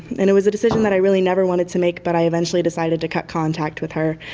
and it was a decision that i really never wanted to make, but i eventually decided to cut contact with her.